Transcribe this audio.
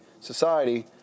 Society